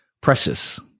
precious